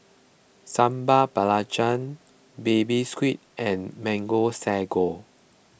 Sambal Belacan Baby Squid and Mango Sago